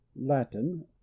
Latin